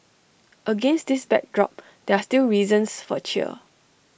against this backdrop there are still reasons for cheer